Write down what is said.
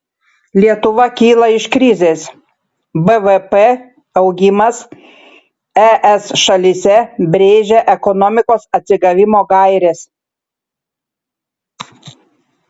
lietuva kyla iš krizės bvp augimas es šalyse brėžia ekonomikos atsigavimo gaires